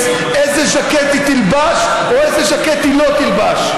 איזה ז'קט היא תלבש או איזה ז'קט היא לא תלבש.